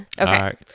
Okay